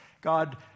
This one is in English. God